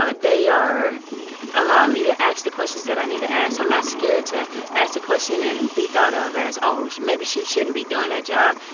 ah they are allowing me to ask the questions that i need to ask. i'm not scared to ask a question and be thought ah of as, oh, maybe she shouldn't be doing that job.